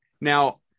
Now